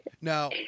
Now